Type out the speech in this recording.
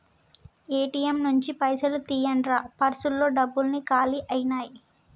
ATM నుంచి పైసలు తీయండ్రా పర్సులో డబ్బులన్నీ కాలి అయ్యినాయి